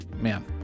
Man